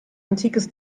antikes